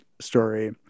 story